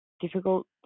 difficult